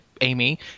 Amy